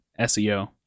SEO